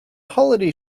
holiday